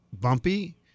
bumpy